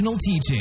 teaching